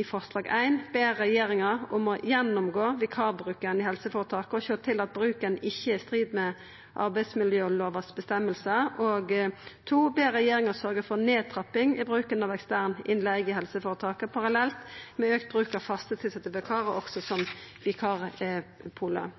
i forslag til vedtak I ber regjeringa om å gjennomgå vikarbruken i helseføretaka for å sjå til at bruken ikkje er i strid med reglane i arbeidsmiljølova, og i forslag til vedtak II ber regjeringa sørgja for nedtrapping i bruken av ekstern innleige i helseføretaka parallelt med auka bruk av fast tilsette vikarar, også kjende som